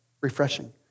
refreshing